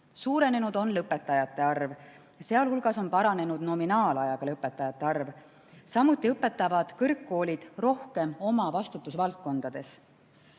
Suurenenud on lõpetajate arv, sealhulgas on paranenud nominaalajal lõpetajate arv. Samuti õpetavad kõrgkoolid rohkem oma vastutusvaldkondades.